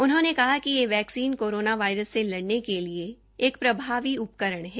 उन्होंने कहा यह वैक्सीन कोरोना वायरस से लड़ने के लिए एक प्रभावी उपकरण है